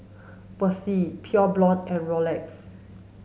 Persil Pure Blonde and Rolex